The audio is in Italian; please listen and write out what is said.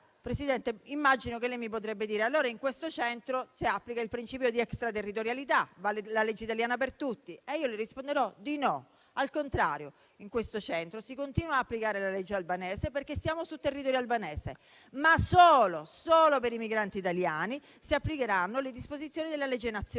Presidente, immagino che lei mi potrebbe dire: in quel centro si applica il principio di extraterritorialità e vale la legge italiana per tutti. Io le risponderei di no: al contrario, in quel centro si continua ad applicare la legge albanese, perché si trova sul territorio albanese; solo per i migranti italiani si applicheranno le disposizioni della legge nazionale